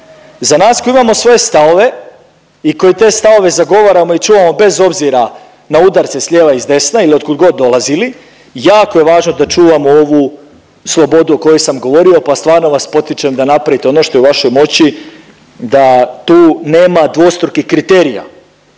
Za nas koji imamo svoje stavove i koji te stavove zagovaramo i čuvamo bez obzira na udarce s lijeva i s desna i od kud god dolazili jako je važno da čuvamo ovu slobodu o kojoj sam govorio pa stvarno vas potičem da napravite ono što je u vašoj moći da tu nema dvostrukih kriterija.